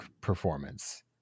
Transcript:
performance